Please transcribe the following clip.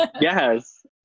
Yes